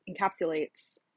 encapsulates